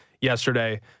yesterday